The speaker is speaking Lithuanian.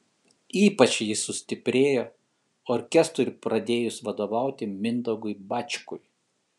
ypač ji sustiprėjo orkestrui pradėjus vadovauti mindaugui bačkui